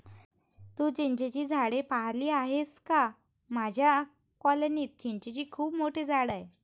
तू चिंचेची झाडे पाहिली आहेस का माझ्या कॉलनीत चिंचेचे खूप मोठे झाड आहे